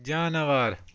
جاناوار